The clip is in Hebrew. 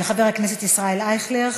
לחבר הכנסת ישראל אייכלר.